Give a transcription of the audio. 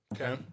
Okay